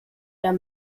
der